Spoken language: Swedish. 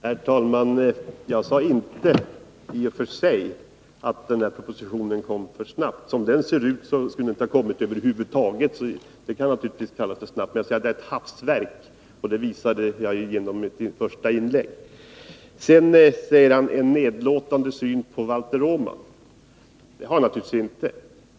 Fru talman! Jag sade inte att denna proposition i och för sig kom för snabbt. Som den ser ut skulle den inte ha kommit över huvud taget, och därför kan man naturligtvis säga att den kom snabbt. Men jag vill hävda att den är ett hafsverk — det visade jag i mitt första inlägg. Arbetsmarknadsministern talar om att jag har en nedlåtande syn på Valter Åman. Det har jag naturligtvis inte.